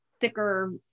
thicker